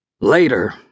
Later